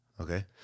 Okay